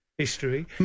history